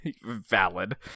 Valid